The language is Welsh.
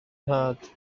nhad